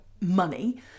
money